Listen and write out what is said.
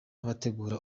abategura